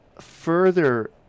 further